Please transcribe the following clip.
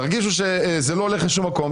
תרגישו שזה לא הולך לשום מקום,